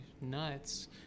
nuts